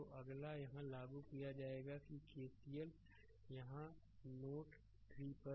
तो अगला यहाँ लागू किया जाता है किकेसीएल यहाँ नोड 3 पर